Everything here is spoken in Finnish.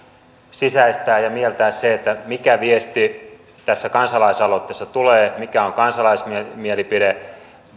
sisäistää ja mieltää se mikä viesti tässä kansalaisaloitteessa tulee mikä on kansalaismielipide